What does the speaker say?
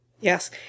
yes